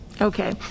okay